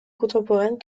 contemporaines